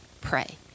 pray